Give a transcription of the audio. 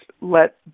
let